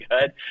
good